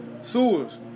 sewers